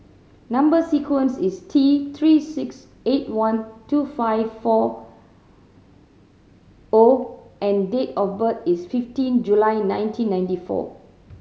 number sequence is T Three six eight one two five four O and date of birth is fifteen July nineteen ninety four